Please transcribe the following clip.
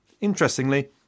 interestingly